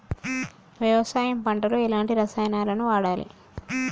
వ్యవసాయం పంట లో ఎలాంటి రసాయనాలను వాడాలి?